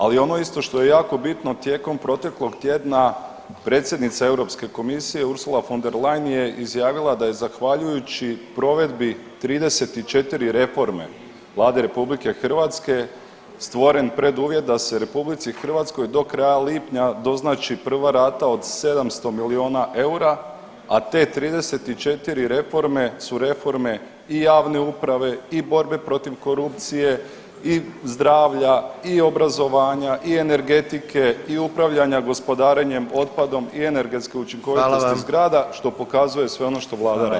Ali ono isto što je jako bitno tijekom proteklog tjedna predsjednica Europske komisije Ursula von der Leyen je izjavila da je zahvaljujući provedbi 34 reforme Vlade RH stvoren preduvjet da se RH do kraja lipnja doznači prva rata od 700 milijuna eura, a te 34 reforme su reforme i javne uprave i borbe protiv korupcije i zdravlja i obrazovanja i energetike i upravljanja gospodarenjem otpadom i energetske učinkovitosti [[Upadica predsjednik: Hvala vam.]] zgrada što pokazuje sve ono što vlada radi.